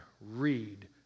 read